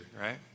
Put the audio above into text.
right